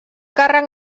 càrrec